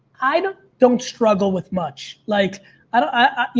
i don't don't struggle with much. like i don't, ah you